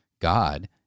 God